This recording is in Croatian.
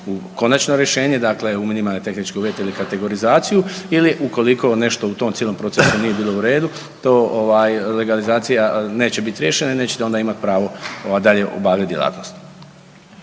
u konačno rješenje, dakle u minimalne tehničke uvjete ili kategorizaciju ili ukoliko nešto u tom cijelom procesu nije bilo u redu to legalizacija neće biti riješena i nećete onda imati pravo dalje obavljat djelatnost.